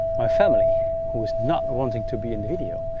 my family who is not wanting to be in the video.